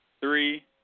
three